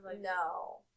No